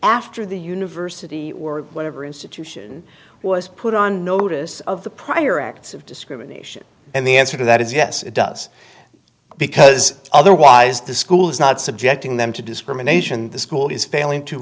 after the university or whatever institution was put on notice of the prior acts of discrimination and the answer to that is yes it does because otherwise the school is not subjecting them to discrimination the school is failing to